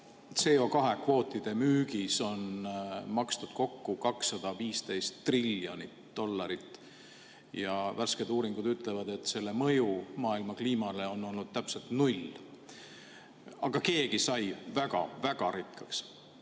CO2kvootide müügis on makstud kokku 215 triljonit dollarit, ja värsked uuringud ütlevad, et selle mõju maailmakliimale on olnud täpselt null. Aga keegi sai väga-väga rikkaks.